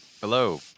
Hello